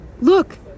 look